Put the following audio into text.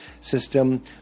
system